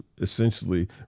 essentially